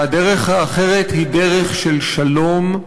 והדרך האחרת היא דרך של שלום,